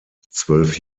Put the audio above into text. zwölf